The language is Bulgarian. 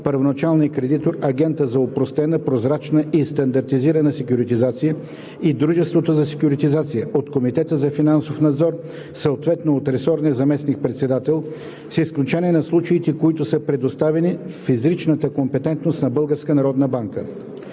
първоначалния кредитор, агента за опростена, прозрачна и стандартизирана секюритизация и дружеството за секюритизация – от Комисията за финансов надзор, съответно от ресорния заместник-председател, с изключение на случаите, които са предоставени в изричната компетентност на